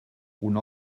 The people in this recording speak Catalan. una